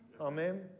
Amen